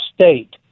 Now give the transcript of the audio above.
state